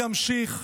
ימשיך.